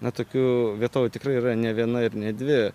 na tokiu vietovių tikrai yra ne viena ir ne dvi